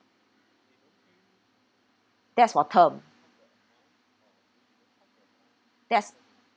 that's for term that's